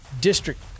district